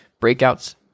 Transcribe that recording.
Breakouts